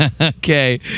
Okay